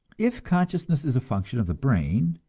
if consciousness is a function of the brain,